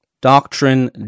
Doctrine